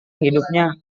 hidupnya